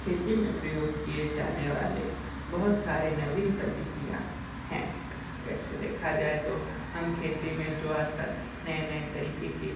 खेती में प्रयोग किए जाने वाले बहुत सारे नवीन पद्धतियाँ हैं अगर से देखा जाए तो हम खेती में जो आज कल नए नए तरीके की